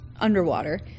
underwater